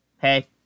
hey